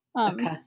Okay